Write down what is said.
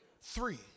three